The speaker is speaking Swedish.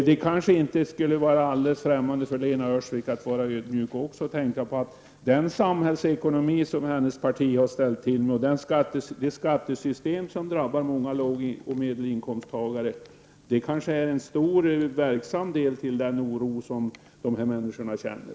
De borde kanske inte vara alldeles främmande också för Lena Öhrsvik att vara ödmjuk och tänka på den samhällsekonomi som hennes parti har åstadkommit och det skattesystem som drabbar många lågoch medelinkomsttagare kanske är en stor verksam del till den oro som de här människorna känner.